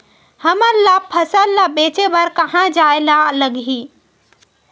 हमन ला फसल ला बेचे बर कहां जाये ला लगही?